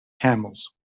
camels